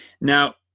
now